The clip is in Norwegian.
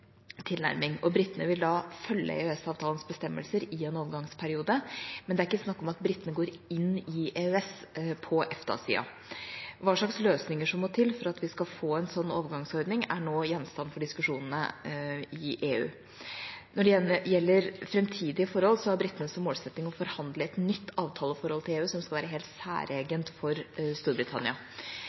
tilnærming. Britene vil da følge EØS-avtalens bestemmelser i en overgangsperiode, men det er ikke snakk om at britene går inn i EØS på EFTA-siden. Hva slags løsninger som må til for at vi skal få en sånn overgangsordning, er nå gjenstand for diskusjoner i EU. Når det gjelder framtidige forhold, har britene som målsetting å forhandle fram et nytt avtaleforhold til EU, som skal være helt særegent for Storbritannia.